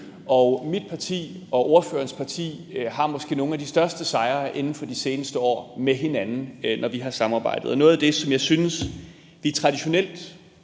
og mit parti og ordførerens parti har måske nogle af de største sejre inden for de seneste år med hinanden, når vi har samarbejdet. Noget af det, som jeg synes vi traditionelt